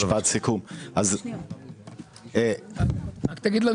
רק תגיד לנו,